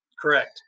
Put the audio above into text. Correct